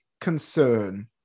concern